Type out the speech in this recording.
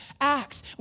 acts